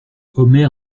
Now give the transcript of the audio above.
omer